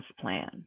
plan